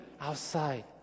outside